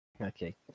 Okay